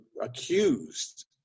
accused